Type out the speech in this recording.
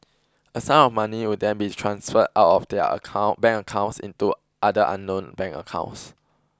a sum of money would then be transferred out of their account bank accounts into other unknown bank accounts